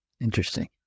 Interesting